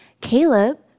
Caleb